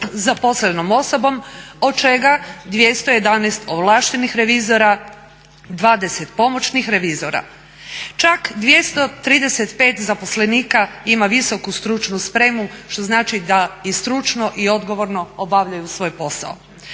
zaposlenom osobom, od čega 211 ovlaštenih revizora, 20 pomoćnih revizora. Čak 235 zaposlenika ima visoku stručnu spremu što znači da i stručno i odgovorno obavljaju svoj posao,